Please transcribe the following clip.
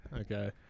Okay